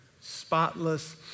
spotless